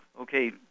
Okay